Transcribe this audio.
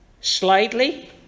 Slightly